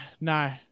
no